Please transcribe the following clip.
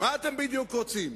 מה בדיוק אתם רוצים?